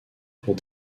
pour